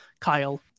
Kyle